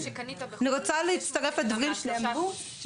אני רוצה להצטרף לדברים שנאמרו,